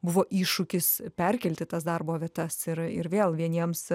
buvo iššūkis perkelti tas darbo vietas ir ir vėl vieniems